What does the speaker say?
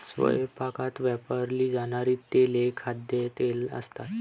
स्वयंपाकात वापरली जाणारी तेले खाद्यतेल असतात